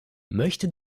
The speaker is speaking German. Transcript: möchte